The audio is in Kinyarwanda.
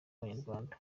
abanyarwanda